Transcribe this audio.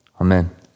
Amen